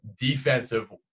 defensive